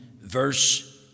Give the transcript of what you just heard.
verse